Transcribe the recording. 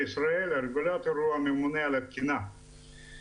בישראל הרגולטור הוא הממונה על התקינה,